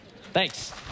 Thanks